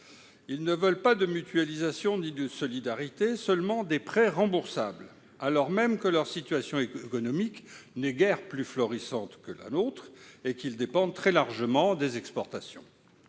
Ils ne veulent pas de mutualisation ni de solidarité, seulement des prêts remboursables, alors même que leur situation économique n'est guère plus florissante que la nôtre et qu'ils dépendent très largement des exportations.